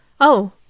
Oh